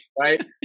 right